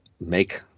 make